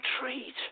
treat